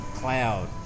cloud